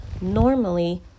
normally